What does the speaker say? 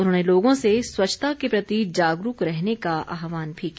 उन्होंने लोगों से स्वच्छता के प्रति जागरूक रहने का आहवान भी किया